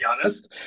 honest